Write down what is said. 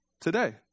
Today